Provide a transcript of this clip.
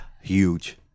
huge